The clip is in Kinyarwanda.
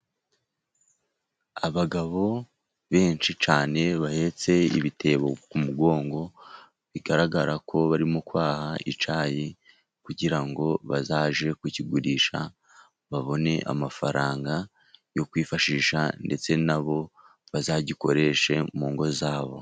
Abagabo benshi cyane bahetse ibitebo ku mugongo, bigaragara ko barimo kwaha icyayi, kugira ngo bazajye kukigurisha, babone amafaranga yo kwifashisha, ndetse nabo bazagikoreshe mu ngo zabo.